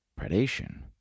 predation